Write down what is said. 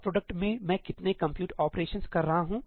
dot product में मैं कितने कंप्यूट ऑपरेशंस कर रहा हूं